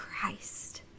Christ